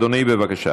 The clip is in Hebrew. אדוני, בבקשה.